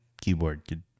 keyboard